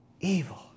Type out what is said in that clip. evil